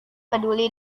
peduli